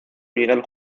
miguel